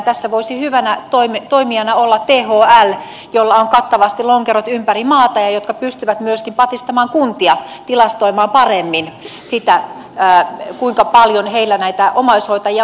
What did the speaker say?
tässä voisi hyvänä toimijana olla thl jolla on kattavasti lonkerot ympäri maata ja joka pystyy myöskin patistamaan kuntia tilastoimaan paremmin sitä kuinka paljon niillä näitä omaishoitajia on